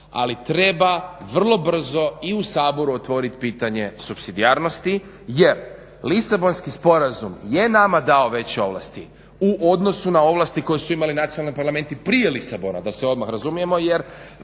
ali treba vrlo brzo i u Saboru otvoriti pitanje supsidijarnosti jer Lisabonski sporazum je nama dao veće ovlasti u odnosu na ovlasti koje su imali nacionalni parlamenti prije Lisabona, da se odmah razumijemo jer